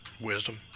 Wisdom